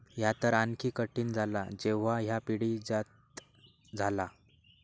ह्या तर आणखी कठीण झाला जेव्हा ह्या पिढीजात झाला